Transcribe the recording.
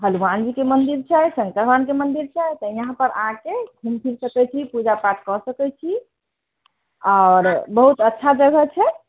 हलुमानजीके मन्दिर छै सन्त भगवानके मन्दिर छै तऽ यहाँ पर आके घुमि फिर सकैत छी पूजापाठ कऽ सकैत छी आओर बहुत अच्छा जगह छै